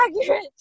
accurate